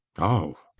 oh!